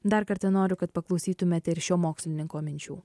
dar kartą noriu kad paklausytumėte ir šio mokslininko minčių